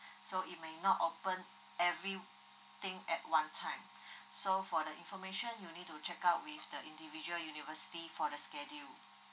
so it may not open everything at one time so for the information you need to check out wth the individual university for the schedule